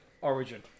origin